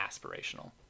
aspirational